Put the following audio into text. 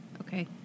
okay